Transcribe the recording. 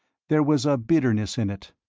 there was a bitterness in it,